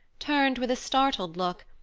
turned with a startled look,